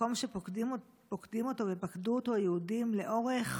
מקום שפוקדים אותו ופקדו אותו יהודים לאורך